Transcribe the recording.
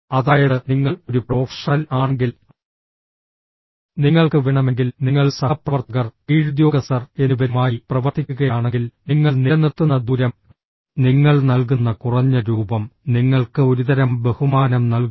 അതായത് നിങ്ങൾ ഒരു പ്രൊഫഷണൽ ആണെങ്കിൽ നിങ്ങൾക്ക് വേണമെങ്കിൽ നിങ്ങൾ സഹപ്രവർത്തകർ കീഴുദ്യോഗസ്ഥർ എന്നിവരുമായി പ്രവർത്തിക്കുകയാണെങ്കിൽ നിങ്ങൾ നിലനിർത്തുന്ന ദൂരം നിങ്ങൾ നൽകുന്ന കുറഞ്ഞ രൂപം നിങ്ങൾക്ക് ഒരുതരം ബഹുമാനം നൽകും